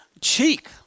cheek